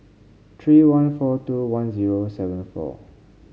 three one four two one zero seven four